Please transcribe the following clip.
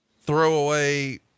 throwaway